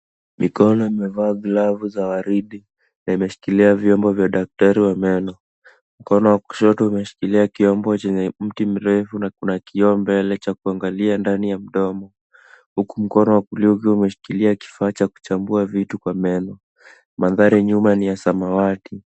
Mikono imevaa glavu za waridi na imeshikilia vyombo vya daktari wa meno. Mkono wa kushoto umeshikilia chombo chenye mti mrefu na kuna kioo mbele cha kuangalia ndani ya mdomo huku mkono wa kulia ukiwa umeshikilia kifaa cha kuchambua vitu kwa meno. Mandhari nyuma ni ya samawati.